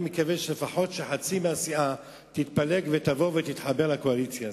אני מקווה שלפחות חצי מהסיעה תתפלג ותבוא ותתחבר לקואליציה הזאת.